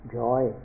joy